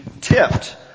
tipped